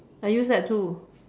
I use that too